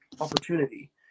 opportunity